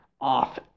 off